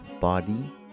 body